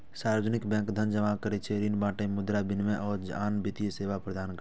सार्वजनिक बैंक धन जमा करै, ऋण बांटय, मुद्रा विनिमय, आ आन वित्तीय सेवा प्रदान करै छै